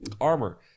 armor